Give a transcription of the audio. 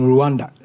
Rwanda